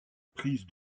prise